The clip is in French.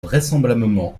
vraisemblablement